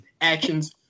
actions